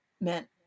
meant